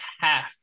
half